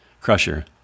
Crusher